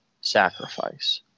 sacrifice